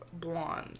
blonde